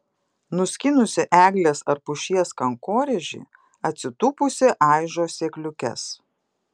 nuskynusi eglės ar pušies kankorėžį atsitūpusi aižo sėkliukes